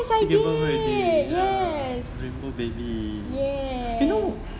I did yes yes